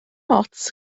ots